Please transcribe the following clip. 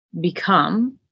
become